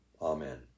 Amen